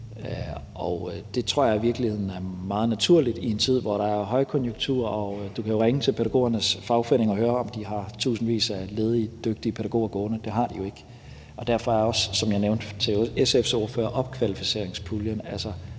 og det tror jeg i virkeligheden er meget naturligt i en tid, hvor der er højkonjunktur. Du kan jo ringe til pædagogernes fagforening og høre, om de har tusindvis af ledige dygtige pædagoger gående; det har de jo ikke. Derfor er der også, som jeg nævnte for SF's ordfører, opkvalificeringspuljen, altså